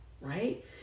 right